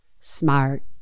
smart